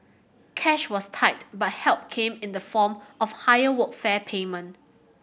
cash was tight but help came in the form of a higher workfare payment